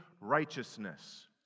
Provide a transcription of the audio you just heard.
righteousness